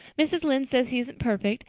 mrs. lynde says he isn't perfect,